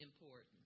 important